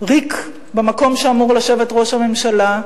ריק, במקום שאמור לשבת ראש הממשלה,